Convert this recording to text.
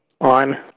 On